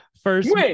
first